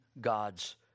God's